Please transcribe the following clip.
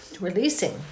releasing